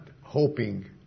hoping